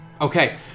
Okay